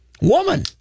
woman